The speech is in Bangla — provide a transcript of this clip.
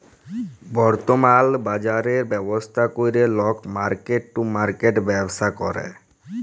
বর্তমাল বাজরের ব্যবস্থা ক্যরে লক মার্কেট টু মার্কেট ব্যবসা ক্যরে